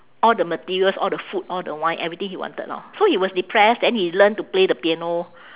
all the materials all the food all the wine everything he wanted orh so he was depressed then he learn to play the piano